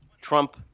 Trump